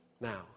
now